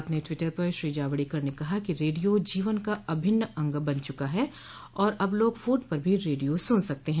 अपने ट्वीटर पर श्री जावडेकर ने कहा कि रेडियो जीवन का अभिन्न अंग बन चुका है और अब लोग फोन पर भी रेडियो सुन सकते हैं